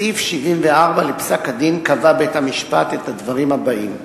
בסעיף 74 לפסק-הדין קבע בית-המשפט את הדברים הבאים: